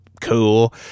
cool